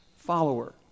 follower